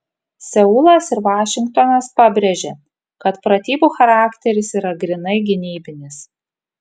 seulas ir vašingtonas pabrėžė kad pratybų charakteris yra grynai gynybinis